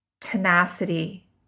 Tenacity